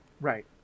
Right